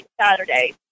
Saturday